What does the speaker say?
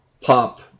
pop